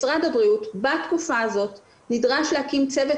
משרד הבריאות בתקופה הזאת נדרש להקים צוות